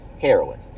heroin